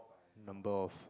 number of